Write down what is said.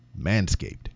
Manscaped